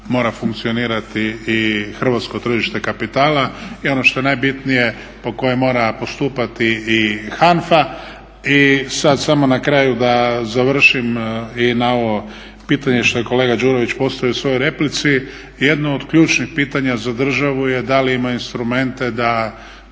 hrvatsko tržište kapitala.